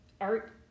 art